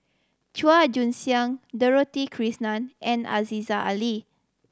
Chua Joon Siang Dorothy Krishnan and Aziza Ali